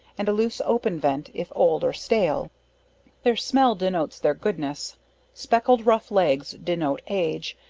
and a loose open vent if old or stale their smell denotes their goodness speckled rough legs denote age,